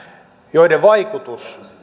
joiden vaikutus